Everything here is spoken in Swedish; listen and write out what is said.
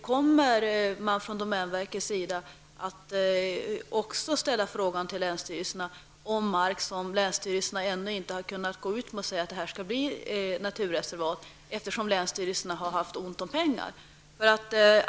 Kommer domänverket också att ställa frågor till länsstyrelserna om den mark som länsstyrelserna ännu inte har kunnat avsätta som naturreservat, eftersom de har haft ont om pengar?